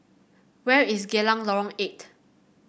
where is Geylang Lorong Eight